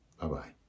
Bye-bye